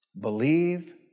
believe